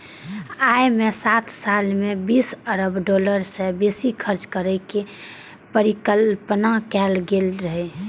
अय मे सात साल मे बीस अरब डॉलर सं बेसी खर्च करै के परिकल्पना कैल गेल रहै